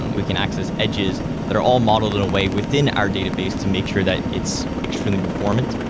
we can access edges that are all modeled in a way within our database to make sure that it's extremely performant.